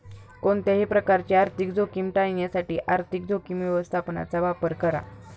कोणत्याही प्रकारची आर्थिक जोखीम टाळण्यासाठी आर्थिक जोखीम व्यवस्थापनाचा वापर करा